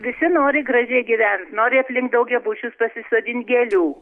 visi nori gražiai gyvent nori aplink daugiabučius pasisodint gėlių